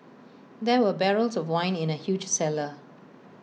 there were barrels of wine in the huge cellar